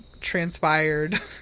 transpired